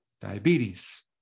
diabetes